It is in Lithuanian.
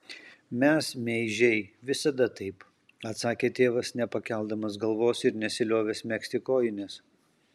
mes meižiai visada taip atsakė tėvas nepakeldamas galvos ir nesiliovęs megzti kojinės